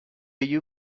you